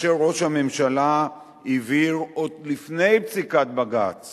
כאשר ראש הממשלה הבהיר עוד לפני פסיקת בג"ץ